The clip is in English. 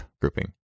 grouping